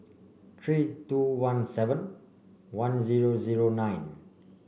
three two one seven one zero zero nine